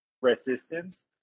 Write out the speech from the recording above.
resistance